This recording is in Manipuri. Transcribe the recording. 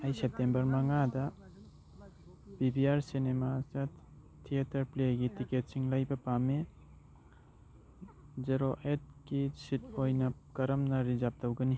ꯑꯩ ꯁꯦꯞꯇꯦꯝꯕꯔ ꯃꯉꯥꯗ ꯄꯤ ꯚꯤ ꯑꯥꯔ ꯁꯤꯅꯦꯃꯥꯗ ꯊꯦꯇꯔ ꯄ꯭ꯂꯦꯒꯤ ꯇꯤꯛꯀꯦꯠꯁꯤꯡ ꯂꯩꯕ ꯄꯥꯝꯃꯤ ꯖꯦꯔꯣ ꯑꯩꯠꯀꯤ ꯁꯤꯠ ꯑꯣꯏꯅ ꯀꯔꯝꯅ ꯔꯤꯖꯥꯔꯞ ꯇꯧꯒꯅꯤ